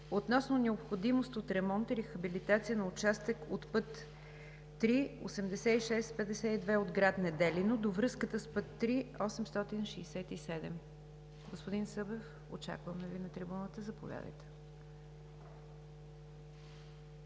относно необходимост от ремонт и рехабилитация на участък от път ІІІ-8652 от град Неделино до връзката с път ІІІ-867. Господин Събев, очакваме Ви на трибуната. Заповядайте.